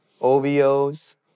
OVOs